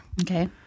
Okay